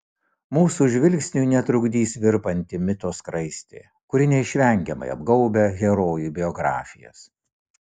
mūsų žvilgsniui netrukdys virpanti mito skraistė kuri neišvengiamai apgaubia herojų biografijas